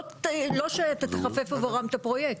לא שתחפף עבורם את הפרויקט.